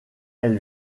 elle